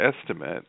estimate